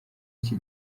iki